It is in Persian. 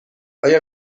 آیا